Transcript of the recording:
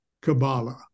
Kabbalah